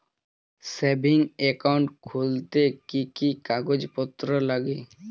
Savings account খুলতে কি কি কাগজপত্র লাগে?